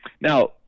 Now